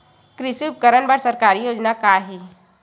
कृषि उपकरण बर सरकारी योजना का का हे?